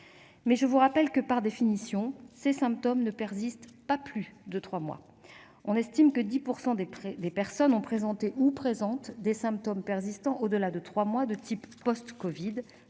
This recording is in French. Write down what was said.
mais je vous rappelle que, par définition, ces symptômes ne persistent pas plus de trois mois. On estime par ailleurs que 10 % des personnes ont présenté ou présentent des symptômes persistants au-delà de trois mois de type post-covid.